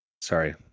sorry